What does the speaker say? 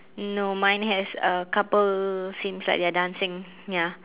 no mine has a couple seems like they're dancing ya